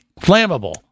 flammable